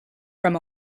from